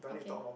okay